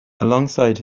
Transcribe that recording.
alongside